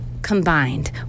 Combined